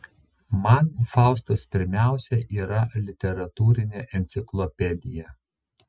man faustas pirmiausia yra literatūrinė enciklopedija